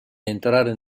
entrare